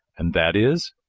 and that is?